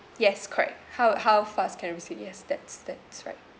yes correct how how fast can I receive yes that's that's right